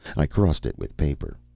i crossed it with paper.